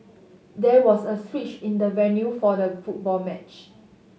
there was a switch in the venue for the football match